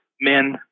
men